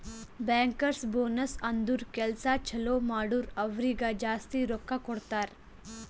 bankers bonus ಅಂದುರ್ ಕೆಲ್ಸಾ ಛಲೋ ಮಾಡುರ್ ಅವ್ರಿಗ ಜಾಸ್ತಿ ರೊಕ್ಕಾ ಕೊಡ್ತಾರ್